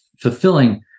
fulfilling